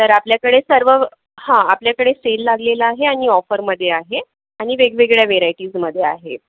तर आपल्याकडे सर्व हं आपल्याकडे सेल लागलेला आहे आणि ऑफरमध्ये आहे आणि वेगवेगळ्या वेरायटीजमध्ये आहे